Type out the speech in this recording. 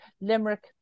Limerick